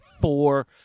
four